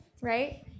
right